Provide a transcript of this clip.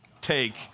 take